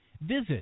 visit